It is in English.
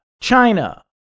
China